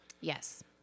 Yes